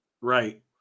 Right